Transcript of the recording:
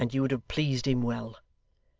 and you would have pleased him well.